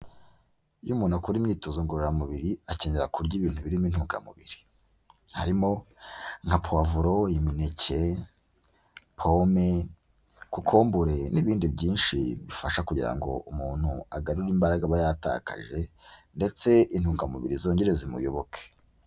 Iyo umuntu akora imyitozo ngororamubiri ,akenera kurya ibintu birimo intungamubiri. Harimo nka puwavuro, imineke, pome, kokombure n'ibindi byinshi bifasha kugira ngo umuntu agarure imbaraga aba yatakaje ,ndetse intungamubiri zongere zimuyoboke.